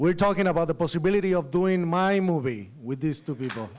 we're talking about the possibility of doing my movie with these two people